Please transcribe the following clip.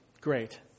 great